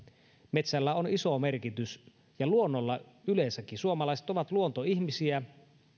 metsällä on iso merkitys ja luonnolla yleensäkin suomalaiset ovat luontoihmisiä